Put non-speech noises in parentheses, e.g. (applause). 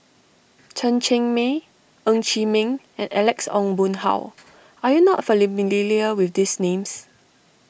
Chen Cheng Mei Ng Chee Meng and Alex Ong Boon Hau are you not (unintelligible) with these names